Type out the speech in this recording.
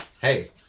hey